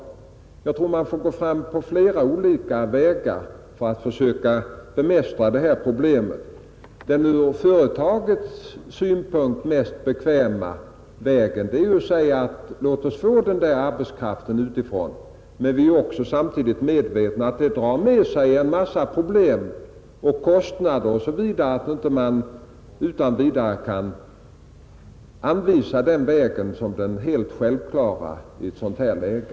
Jag tror att man får gå fram på flera olika vägar för att bemästra detta problem. Den ur företagets synpunkt mest bekväma vägen är att säga: Låt oss få arbetskraften utifrån. — Men vi är samtidigt medvetna om att det drar med sig en mängd problem, kostnader osv. Man kan således inte utan vidare anvisa den vägen som den helt självklara i ett sådant här läge.